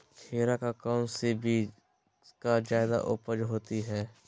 खीरा का कौन सी बीज का जयादा उपज होती है?